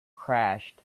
crashed